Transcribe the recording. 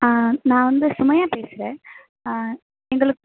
நான் வந்து சுமையா பேசுகிறேன் எங்களுக்கு